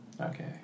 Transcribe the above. Okay